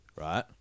right